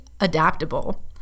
adaptable